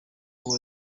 kumwe